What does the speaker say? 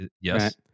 yes